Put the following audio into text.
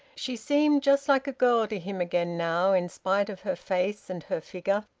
she seemed just like a girl to him again now, in spite of her face and her figure.